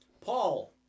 Paul